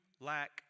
lack